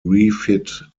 refit